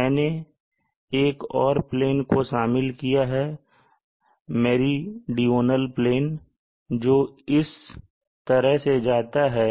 मैंने एक और प्लेन को शामिल किया है मेरीडोनल प्लेन जो इस तरह से जाता है